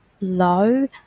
low